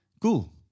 Cool